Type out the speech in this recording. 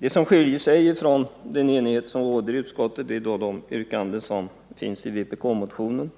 enda som skiljer sig från den enighet som råder i utskottet är de yrkanden som framförs i vpk-motionen.